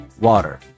Water